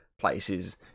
Places